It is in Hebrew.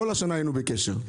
כל השנה היינו בקשר.